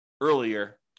earlier